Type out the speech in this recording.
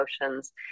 emotions